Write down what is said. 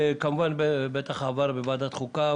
שבוודאי עברה בוועדת החוקה,